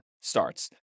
starts